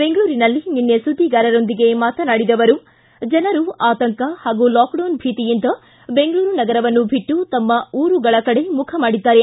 ಬೆಂಗಳೂರಿನಲ್ಲಿ ನಿನ್ನೆ ಸುದ್ವಿಗಾರರೊಂದಿಗೆ ಮಾತನಾಡಿದ ಅವರು ಜನರು ಆತಂಕ ಪಾಗೂ ಲಾಕ್ಡೌನ್ ಭೀತಿಯಿಂದ ಬೆಂಗಳೂರು ನಗರವನ್ನು ಬಿಟ್ಟು ತಮ್ಮ ಊರುಗಳ ಕಡೆ ಮುಖ ಮಾಡಿದ್ದಾರೆ